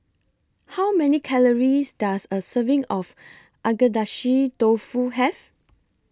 How Many Calories Does A Serving of Agedashi Dofu Have